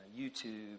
YouTube